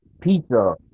pizza